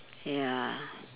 ya